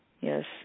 yes